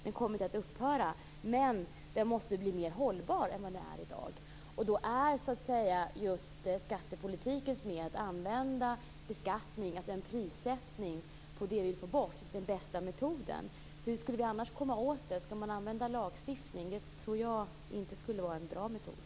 Den kommer inte att upphöra, men den måste bli mer hållbar än vad den är i dag. Då är just skattepolitikens medel att använda beskattning, alltså en prissättning, av det som vi vill få bort den bästa metoden. Hur skulle vi annars göra? Att använda lagstiftning tror jag inte skulle vara en bra metod.